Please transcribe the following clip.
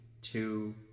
two